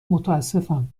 متاسفم